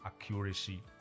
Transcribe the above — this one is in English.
accuracy